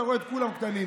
אתה רואה את כולם קטנים,